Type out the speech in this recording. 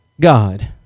God